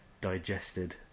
Digested